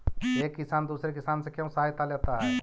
एक किसान दूसरे किसान से क्यों सहायता लेता है?